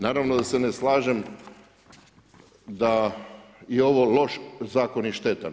Naravno da se ne slažem da je ovo loš zakon i štetan.